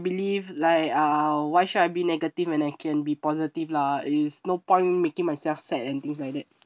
believe like uh why should I be negative when I can be positive lah it's no point making myself sad and things like that